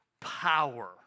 power